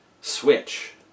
switch